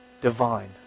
divine